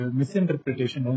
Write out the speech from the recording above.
misinterpretation